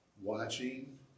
watching